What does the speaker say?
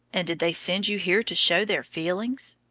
and did they send you here to show their feelings?